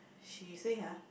she say !huh!